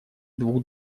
двух